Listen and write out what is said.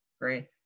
great